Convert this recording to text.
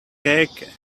cake